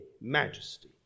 majesty